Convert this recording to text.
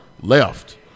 left